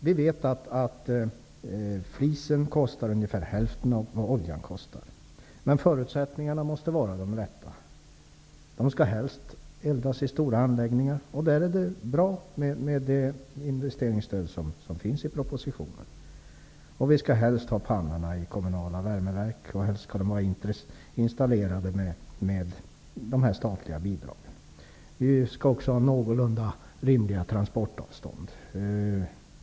Vi vet att flisen kostar ungefär hälften av vad oljan kostar. Men förutsättningarna måste vara de rätta. Flis skall helst eldas i stora anläggningar. Där är det bra med det investeringsstöd som föreslås i propositionen. Vi skall helst ha pannorna i kommunala värmeverk. Helst skall de vara installerade med de statliga bidragen. Vi skall också ha någorlunda rimliga transportavstånd.